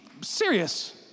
serious